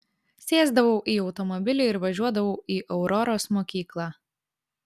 sėsdavau į automobilį ir važiuodavau į auroros mokyklą